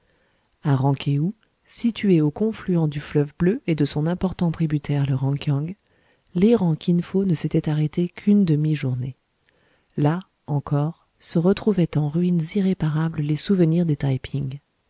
ran kéou située au confluent du fleuve bleu et de son important tributaire le ran kiang l'errant kin fo ne s'était arrêté qu'une demi-journée là encore se retrouvaient en ruines irréparables les souvenirs des taï ping